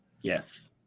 Yes